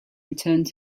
returned